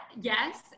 yes